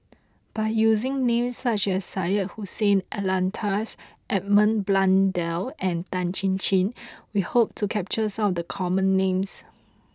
by using names such as Syed Hussein Alatas Edmund Blundell and Tan Chin Chin we hope to capture some of the common names